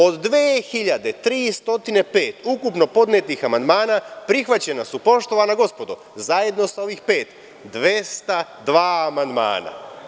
Od 2.305 ukupno podnetih amandmana, prihvaćena su, poštovana gospodo, zajedno sa ovih pet, 202 amandmana.